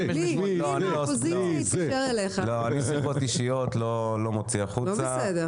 שיחות אישיות אני לא מוציא החוצה.